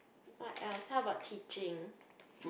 what else how about teaching